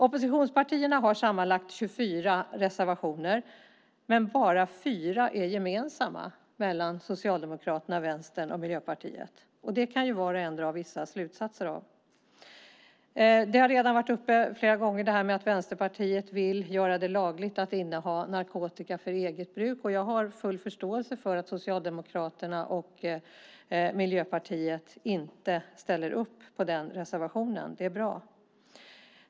Oppositionspartierna har sammanlagt 24 reservationer, men bara 4 är gemensamma för Socialdemokraterna, Vänstern och Miljöpartiet. Det kan var och en dra vissa slutsatser av. Att Vänsterpartiet vill göra det lagligt att inneha narkotika för eget bruk har redan varit uppe flera gånger. Jag har full förståelse för att Socialdemokraterna och Miljöpartiet inte ställer upp på den reservationen. Det är bra.